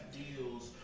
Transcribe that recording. deals